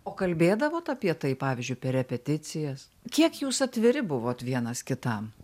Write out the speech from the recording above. o kalbėdavot apie tai pavyzdžiui per repeticijas kiek jūs atviri buvot vienas kitam